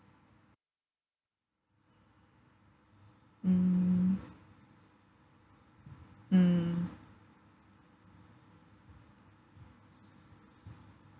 mm mm